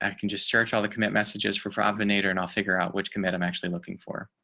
and can just search all the commit messages for province later. and i'll figure out which combat. i'm actually looking for